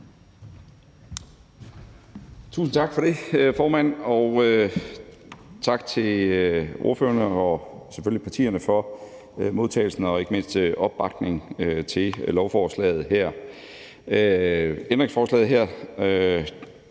Tusind tak for det, formand, og tak til ordførerne og selvfølgelig partierne for modtagelsen og ikke mindst opbakningen til lovforslaget her. Ændringslovforslaget her